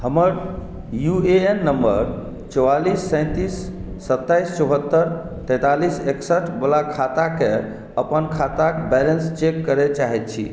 हमर U A N number चौवालीस सैंतीस सताइस चौहत्तर तैंतालीस इकसठि बला खाताके अपन खाताक बैलेंस चेक करै चाहैत छी